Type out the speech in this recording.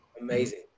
Amazing